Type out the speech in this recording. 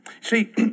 See